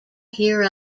here